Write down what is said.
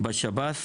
בשב"ס,